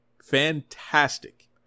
Fantastic